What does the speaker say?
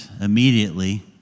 immediately